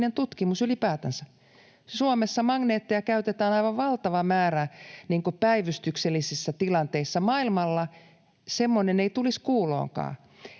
tutkimus ylipäätänsä. Suomessa magneetteja käytetään aivan valtava määrä päivystyksellisissä tilanteissa. Maailmalla semmoinen ei tulisi kuuloonkaan.